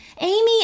Amy